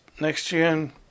next-gen